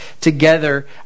together